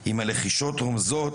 / אם הלחישות רומזות,